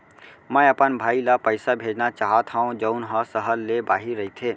मै अपन भाई ला पइसा भेजना चाहत हव जऊन हा सहर ले बाहिर रहीथे